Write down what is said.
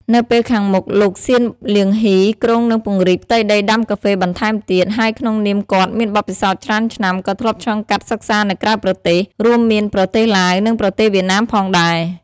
នៅពេលខាងមុខលោក ស៊ាន លាងហុី គ្រោងនឹងពង្រីកផ្ទៃដីដាំកាហ្វេបន្ថែមទៀត ហើយក្នុងនាមគាត់មានបទពិសោធច្រើនឆ្នាំ ក៏ធ្លាប់ឆ្លងកាត់សិក្សានៅក្រៅប្រទេស រួមមានប្រទេសឡាវ និងប្រទេសវៀតណាមផងដែរ។